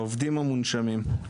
לעובדים המונשמים.